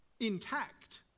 intact